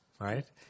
right